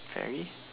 very